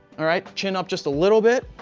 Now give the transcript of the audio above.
all right. chin up just a little bit.